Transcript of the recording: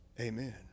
amen